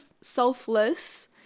selfless